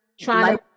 trying